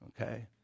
okay